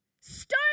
Stone